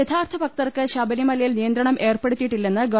യഥാർത്ഥ ഭക്തർക്ക് ശബരിമലയിൽ നിയന്ത്രണം ഏർപ്പെടു ത്തിയിട്ടില്ലെന്ന് ഗവ